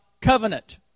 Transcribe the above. covenant